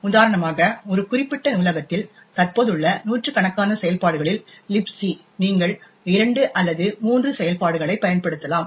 உதாரணமாக ஒரு குறிப்பிட்ட நூலகத்தில் தற்போதுள்ள நூற்றுக்கணக்கான செயல்பாடுகளில் libc நீங்கள் 2 அல்லது 3 செயல்பாடுகளைப் பயன்படுத்தலாம்